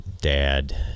dad